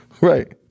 Right